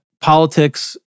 politics